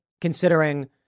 considering